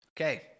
okay